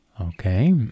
Okay